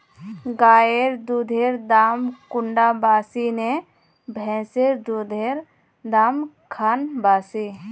गायेर दुधेर दाम कुंडा बासी ने भैंसेर दुधेर र दाम खान बासी?